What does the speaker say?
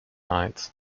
night